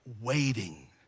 waiting